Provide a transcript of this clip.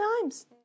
times